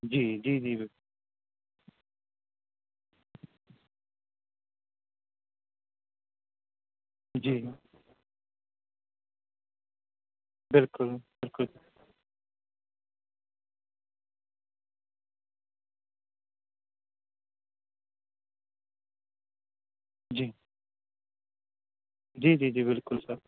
جی جی جی جی بالکل بالکل جی جی جی جی بالکل سر